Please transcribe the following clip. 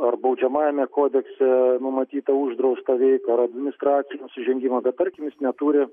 ar baudžiamajame kodekse numatytą uždraustą veiką ar administracinį nusižengimą bet tarkim jis neturi